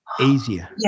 easier